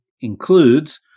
includes